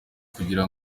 kugira